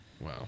Wow